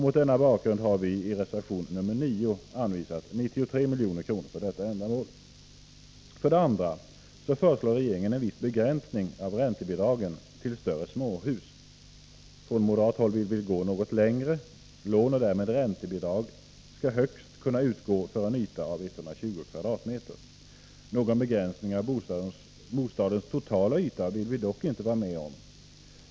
Mot denna bakgrund har vi i reservation 9 anvisat 93 milj.kr. för detta ändamål. För det andra föreslår regeringen en viss begränsning av räntebidragen till misk-politiska åtgärder misk-politiska åtgärder större småhus. Från moderat håll vill vi gå något längre. Lån och därmed räntebidrag skall kunna utgå för en yta av högst 120 m?. Någon begränsning av bostadens totala yta vill vi dock inte vara med om.